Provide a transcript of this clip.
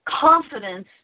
confidence